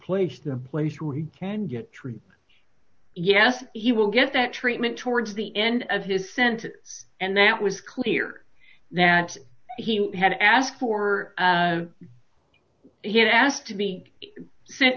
placed in a place where he can get treated yes he will get that treatment towards the end of his sentence and that was clear that he had asked for he had asked to be sent